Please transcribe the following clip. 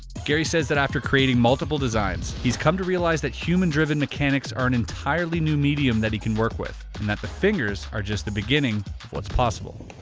gary says that after creating multiple designs, he's come to realize that human driven mechanics are an entirely new medium that he can work with and that the fingers are just the beginning of what's possible.